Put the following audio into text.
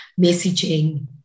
messaging